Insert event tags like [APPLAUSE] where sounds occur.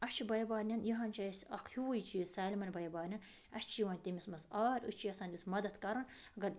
اَسہِ چھُ بٔے بارنٮ۪ن یہِ ہَن چھِ اَسہِ اَکھ ہیُوٕے چیٖز سارنی بٔے بارنٮ۪ن اَسہِ چھِ یِوان تٔمِس منٛز آر أسۍ چھِ یَژھان [UNINTELLIGIBLE] مَدَتھ کَرُن اگر